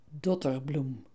dotterbloem